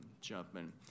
jumping